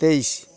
ତେଇଶ